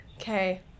Okay